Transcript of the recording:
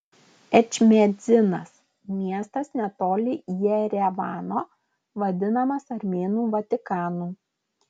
ečmiadzinas miestas netoli jerevano vadinamas armėnų vatikanu